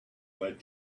that